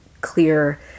clear